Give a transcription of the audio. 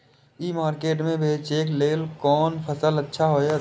ई market में बेचेक लेल कोन फसल अच्छा होयत?